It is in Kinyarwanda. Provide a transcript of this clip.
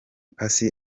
persie